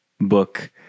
book